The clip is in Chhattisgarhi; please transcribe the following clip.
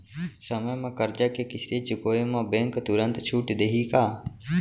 समय म करजा के किस्ती चुकोय म बैंक तुरंत छूट देहि का?